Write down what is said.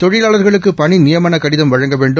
தொழிலாளர்களுக்குபணிநியமனகடிதம் வழங்க வேண்டும்